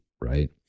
right